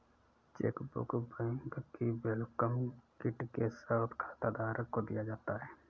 chequebook bank की welcome kit के साथ खाताधारक को दिया जाता है